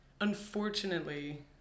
Unfortunately